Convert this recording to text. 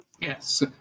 Yes